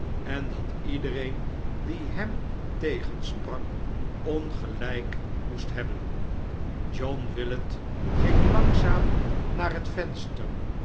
en dat ledereen die hem tegensprak ongelijk moest hebben j i i pn john willet ging langzaam naar het venster